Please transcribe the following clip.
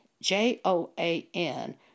J-O-A-N